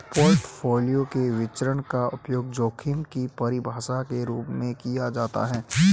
portfolio के विचरण का उपयोग जोखिम की परिभाषा के रूप में किया जाता है